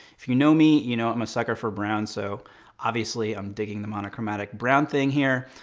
if you know me, you know i'm a sucker for brown, so obviously i'm digging the monochromatic brown thing here.